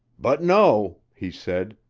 but no, he said,